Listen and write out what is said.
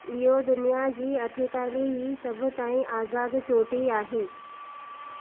इहो दुनिया जी अठेतालीह ई सभु ताईं आजाद चोटी आहे